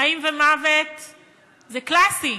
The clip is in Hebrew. חיים ומוות זה קלאסי.